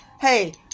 Hey